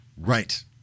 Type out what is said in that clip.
Right